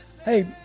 Hey